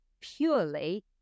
purely